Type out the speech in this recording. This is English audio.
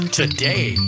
today